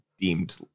deemed